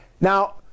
Now